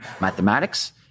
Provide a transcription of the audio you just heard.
mathematics